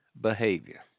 behavior